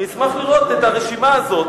אני אשמח לראות את הרשימה הזאת.